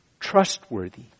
Trustworthy